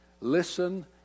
listen